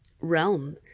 realm